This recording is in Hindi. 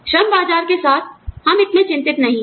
श्रम बाजार के साथ हम इतने चिंतित नहीं हैं